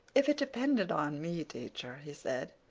if it depended on me, teacher, he said,